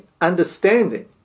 understanding